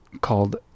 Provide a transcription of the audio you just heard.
called